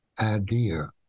idea